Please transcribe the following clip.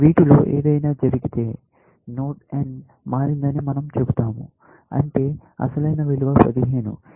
వీటిలో ఏదైనా జరిగితే నోడ్ n మారిందని మన০ చెబుతాము అంటే అసలైన విలువ 15